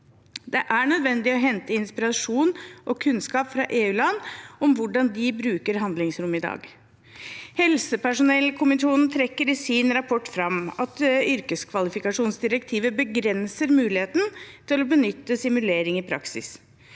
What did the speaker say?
Det er nødvendig å hente inspirasjon og kunnskap fra EU-land om hvordan de bruker handlingsrommet i dag. Helsepersonellkommisjonen trekker i sin rapport fram at yrkeskvalifikasjonsdirektivet begrenser muligheten til å benytte simulering i praksis.